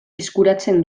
eskuratzen